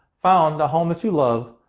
found the home that you love,